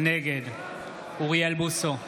נגד אוריאל בוסו,